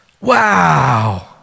Wow